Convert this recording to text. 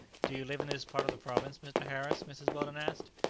do you live in this part of the province, mr. harris? mrs. weldon asked.